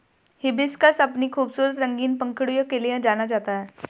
hibiscus अपनी खूबसूरत रंगीन पंखुड़ियों के लिए जाना जाता है